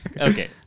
Okay